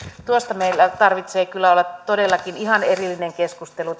päätöksentekojärjestelmässämme meillä tarvitsee kyllä olla todellakin ihan erillinen keskustelu